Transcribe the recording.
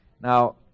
now